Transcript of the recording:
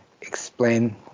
explain